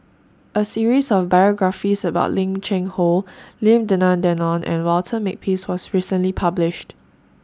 A series of biographies about Lim Cheng Hoe Lim Denan Denon and Walter Makepeace was recently published